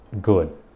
good